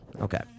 Okay